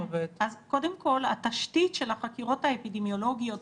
אז קודם כל התשתית של החקירות האפידמיולוגיות,